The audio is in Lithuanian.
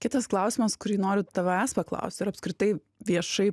kitas klausimas kurį noriu tavęs paklaust ir apskritai viešai